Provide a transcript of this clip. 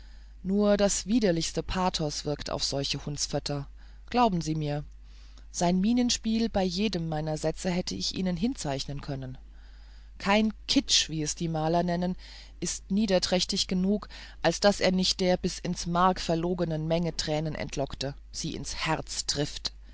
nur das widerlichste pathos wirkt auf solche hundsfötter glauben sie mir sein mienenspiel bei jedem meiner sätze hätte ich ihnen hinzeichnen können kein kitsch wie es die maler nennen ist niederträchtig genug als daß er nicht der bis ins mark verlogenen menge tränen entlockte sie ins herz trifft